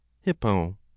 hippo